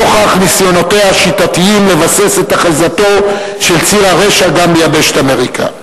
נוכח ניסיונותיה השיטתיים לבסס את אחיזתו של ציר הרשע גם ביבשת אמריקה.